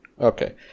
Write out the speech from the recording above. Okay